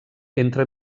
entre